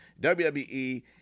WWE